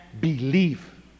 believe